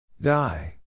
Die